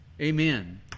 Amen